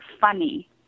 funny